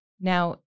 Now